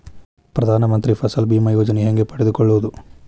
ಪ್ರಧಾನ ಮಂತ್ರಿ ಫಸಲ್ ಭೇಮಾ ಯೋಜನೆ ಹೆಂಗೆ ಪಡೆದುಕೊಳ್ಳುವುದು?